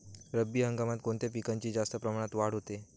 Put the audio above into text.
रब्बी हंगामात कोणत्या पिकांची जास्त प्रमाणात वाढ होते?